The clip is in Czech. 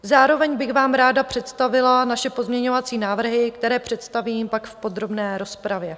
Zároveň bych vám ráda představila naše pozměňovací návrhy, které představím pak v podrobné rozpravě.